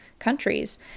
countries